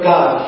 God